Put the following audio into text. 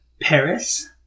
Paris